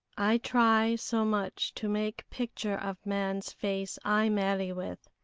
i try so much to make picture of man's face i marry with.